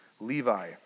Levi